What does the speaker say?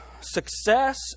success